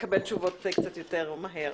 לקבל תשובות קצת יותר מהר